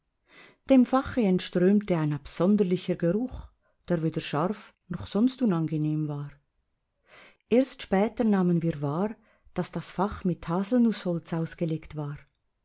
dem fache entströmte ein absonderlicher geruch der weder scharf noch sonst unangenehm war erst später nahmen wir wahr daß das fach mit haselnußholz ausgelegt war